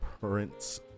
Prince